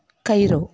Cairo